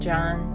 John